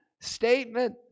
statement